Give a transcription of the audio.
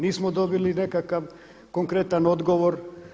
Nismo dobili nekakav konkretan odgovor.